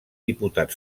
diputat